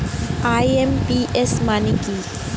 IMPS মানে কি?